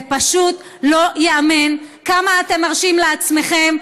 זה פשוט לא ייאמן כמה אתם מרשים לעצמכם,